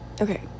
okay